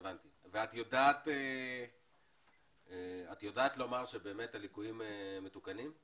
ואת יודעת לומר שבאמת הליקויים מתוקנים?